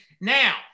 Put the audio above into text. Now